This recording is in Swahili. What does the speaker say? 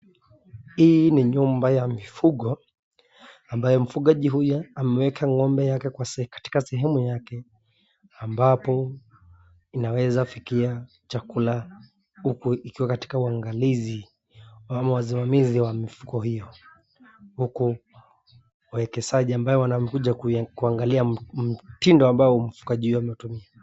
Hii ni nyumba ya mifugo ambayo mfugaji huyu ameweka ng'ombe yake katika sehemu yake ambapo inaweza fikia chakula huku ikiwa katika uangalizi wa wasimamizi wa mifugo hiyo huku waekezeji ambaye wanakuja kuangalia mtindo ambayo mfugaji huyo anatumia.